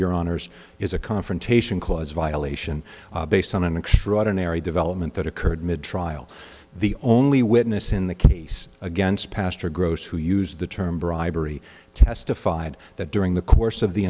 your honor's is a confrontation clause violation based on an extraordinary development that occurred mid trial the only witness in the case against pastor gross who used the term bribery testified that during the course of the